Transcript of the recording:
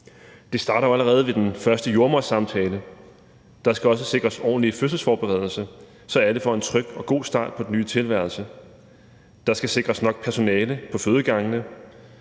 Det starter jo allerede ved den første jordemodersamtale, og der skal også sikres ordentlig fødselsforberedelse, så alle får en tryg og god start på den nye tilværelse. Der skal sikres nok personale på fødegangene,